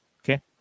Okay